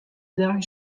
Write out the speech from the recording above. dei